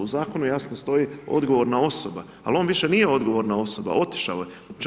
U zakonu jasno stoji odgovorna osoba, ali on više nije odgovorna osoba, otišao je.